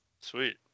Sweet